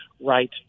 right